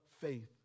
faith